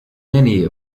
many